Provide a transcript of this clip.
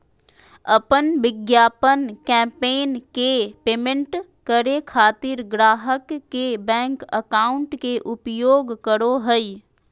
अपन विज्ञापन कैंपेन के पेमेंट करे खातिर ग्राहक के बैंक अकाउंट के उपयोग करो हइ